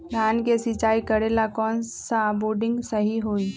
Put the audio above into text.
धान के सिचाई करे ला कौन सा बोर्डिंग सही होई?